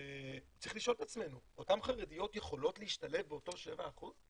צריך לשאול את עצמנו האם אותן חרדיות יכולות להשתלב באותם 7%?